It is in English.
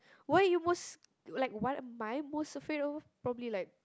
what are you most like what am I most afraid of probably like